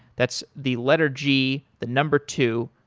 that's the letter g, the number two,